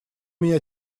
меня